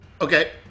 okay